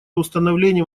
установлением